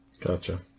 Gotcha